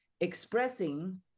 expressing